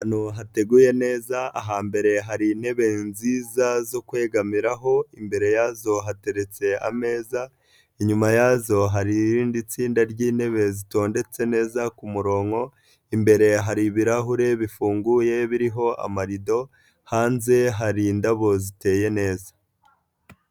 Ahantu hateguye neza ahambere hari intebe nziza zo kwegamiraho, imbere yazo hateretse ameza inyuma yazo, hari irindi tsinda ry'intebe zitondetse neza ku murongo, imbere hari ibirahure bifunguye biriho amarido, hanze hari indabo ziteye neza.